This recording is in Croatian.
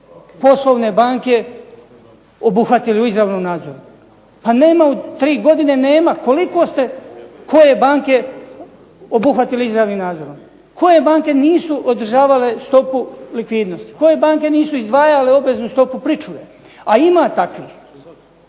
poslovne banke obuhvatili u izravnom nadzoru. A nema tri godine koliko ste koje banke obuhvatili izravnim nadzorom? Koje banke nisu održavale stopu likvidnosti? Koje banke nisu izdvajale obveznu stopu pričuve? A ima takvih